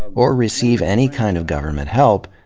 or receive any kind of government help,